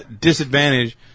disadvantage